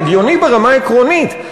זה הגיוני ברמה העקרונית.